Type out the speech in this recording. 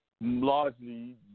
Largely